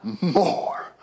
more